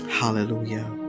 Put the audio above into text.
Hallelujah